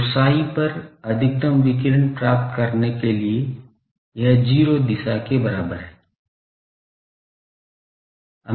तो psi पर अधिकतम विकिरण प्राप्त करने के लिए यह 0 दिशा के बराबर है